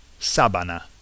sabana